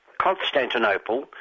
Constantinople